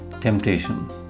temptation